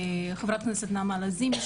חברת הכנסת נעמה לזימי,